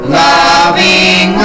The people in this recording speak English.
loving